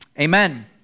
Amen